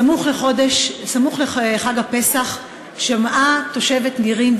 סמוך לחג הפסח שמעה תושבת נירים,